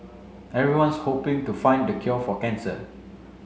everyone's hoping to find the cure for cancer